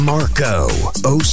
Marco